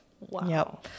Wow